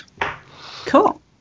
Cool